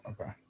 Okay